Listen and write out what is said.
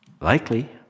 likely